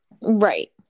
Right